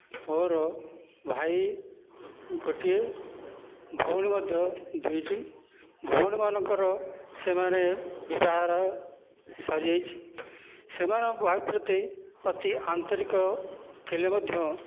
ମୋର ଭାଇ ଗୋଟିଏ ଭଉଣୀ ମଧ୍ୟ ଦୁଇଟି ଭଉଣୀମାନଙ୍କର ସେମାନେ ବିବାହଘର ସରିଯାଇଛି ସେମାନଙ୍କର ଭାଇ ପ୍ରତି ଅତି ଆନ୍ତରିକ ଥିଲେ ମଧ୍ୟ